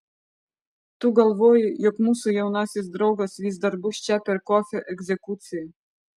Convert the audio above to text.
tu galvoji jog mūsų jaunasis draugas vis dar bus čia per kofio egzekuciją